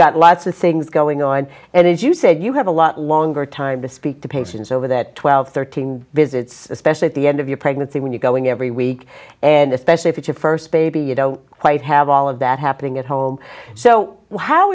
got lots of things going on and as you said you have a lot longer time to speak to patients over that twelve thirteen visits especially at the end of your pregnancy when you go in every week and especially if your first baby you know quite have all of that happening at home so how